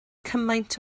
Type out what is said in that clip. cymaint